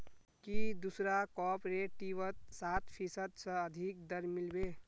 की दूसरा कॉपरेटिवत सात फीसद स अधिक दर मिल बे